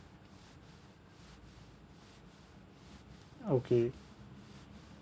okay